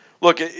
look